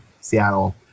Seattle